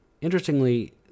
Interestingly